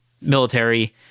military